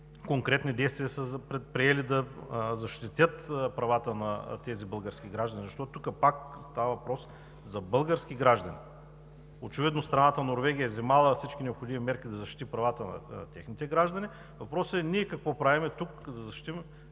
конкретни действия сте предприели, за да се защитят правата на тези български граждани, защото тук пак става въпрос за българските граждани? Очевидно страната – Норвегия, е взела всички необходими мерки, за да защити правата на своите граждани. Въпросът ми е: какво ние правим тук, за да защитим